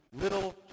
little